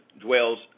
dwells